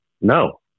No